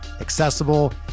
accessible